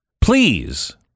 Please